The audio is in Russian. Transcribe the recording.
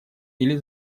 или